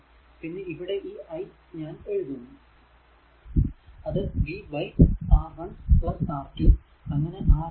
പിന്നെ ഇവിടെ ഈ i ഞാൻ എഴുതുന്നു അത് v R1 R2 അങ്ങനെ Rn വരെ